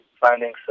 finding